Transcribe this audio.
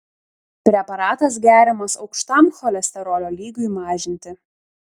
preparatas geriamas aukštam cholesterolio lygiui mažinti